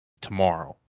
tomorrow